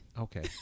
Okay